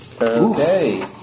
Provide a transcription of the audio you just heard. Okay